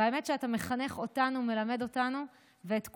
האמת היא שאתה מחנך אותנו, מלמד אותנו ואת כולם.